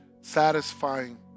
satisfying